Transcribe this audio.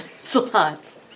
slots